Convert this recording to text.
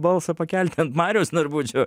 balsą pakelti ant mariaus narbučio